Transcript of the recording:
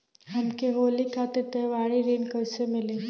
हमके होली खातिर त्योहारी ऋण कइसे मीली?